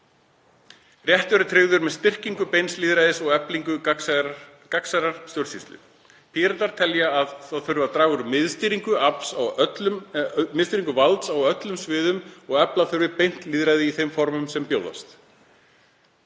Réttur er tryggður með styrkingu beins lýðræðis og eflingu gagnsærrar stjórnsýslu. Píratar telja að draga þurfi úr miðstýringu valds á öllum sviðum og efla þurfi beint lýðræði í þeim formum sem bjóðast.